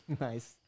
Nice